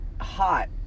hot